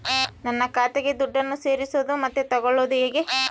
ನನ್ನ ಖಾತೆಗೆ ದುಡ್ಡನ್ನು ಸೇರಿಸೋದು ಮತ್ತೆ ತಗೊಳ್ಳೋದು ಹೇಗೆ?